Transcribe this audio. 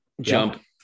jump